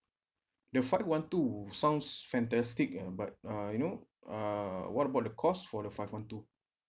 the five one two sounds fantastic uh but uh you know uh what about the cost for the five one two